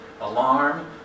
alarm